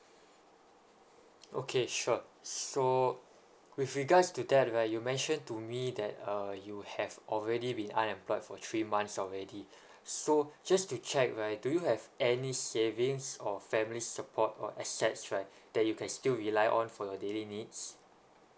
okay sure so with regards to that right you mentioned to me that uh you have already been unemployed for three months already so just to check right do you have any savings or family support or assets right that you can still rely on for your daily needs